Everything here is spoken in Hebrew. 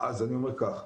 אז אני אומר כך,